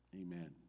Amen